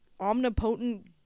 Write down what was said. omnipotent